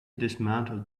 dismantled